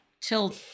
till